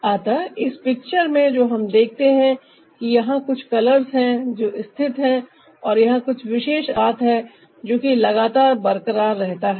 अतः इस पिक्चर में जो हम देखते हैं कि यहां कुछ कलर्स है जो स्थित है और यहां कुछ विशेष अनुपात है जो कि लगातार बरकरार रहता है